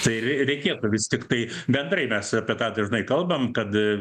tai rei reikėtų vis tiktai bendrai mes apie tą dažnai kalbam kad